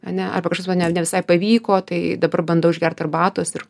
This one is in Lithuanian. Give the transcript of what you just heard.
ane arba kažkas man nene visai pavyko tai dabar bandau išgerti arbatos ir